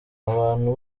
abantu